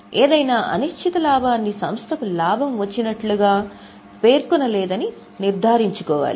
ఏదైనా అనిశ్చిత లాభాన్ని సంస్థకు లాభం వచ్చినట్లుగా పేర్కొన లేదని నిర్ధారించుకోవాలి